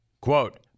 quote